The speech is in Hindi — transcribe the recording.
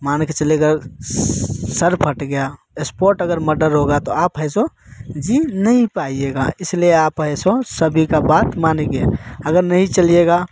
मान के चलिए सर फट गया स्पॉट अगर मर्डर हो गा तो आप है सो जी नहीं पाएंगे इसलिए आप ऐसा सभी का बात मानेंगे अगर नहीं चलाएंगे